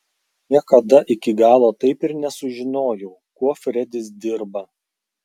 niekada iki galo taip ir nesužinojau kuo fredis dirba